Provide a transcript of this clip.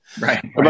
Right